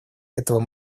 этого